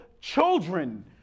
children